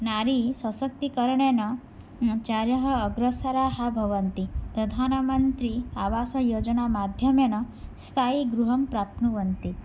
नारीसशक्तिकरणेन चार्यः अग्रसराः भवन्ति प्रधानमन्त्री आवासयोजना माध्यमेन स्थायीगृहं प्राप्नुवन्ति